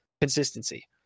consistency